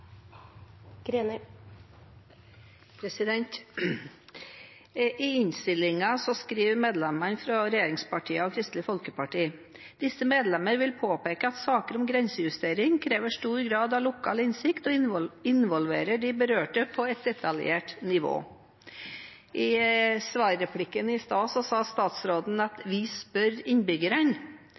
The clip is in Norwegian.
I innstillingen skriver medlemmene fra regjeringspartiene og Kristelig Folkeparti: «Disse medlemmer vil påpeke at saker om grensejusteringer krever stor grad av lokal innsikt og involverer de berørte på et detaljert nivå.» I svarreplikken i stad sa statsråden: Vi spør innbyggerne.